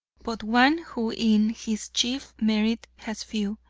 but one who in his chief merit has few,